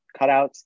cutouts